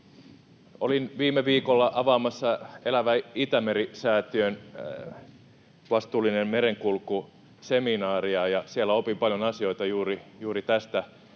Olin viime viikolla avaamassa Elävä Itämeri ‑säätiön Vastuullinen merenkulku -seminaaria, ja siellä opin paljon asioita juuri tästä